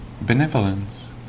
benevolence